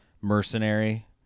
mercenary